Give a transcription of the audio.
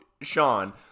Sean